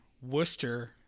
Worcester